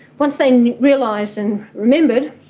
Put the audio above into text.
once they realised and remembered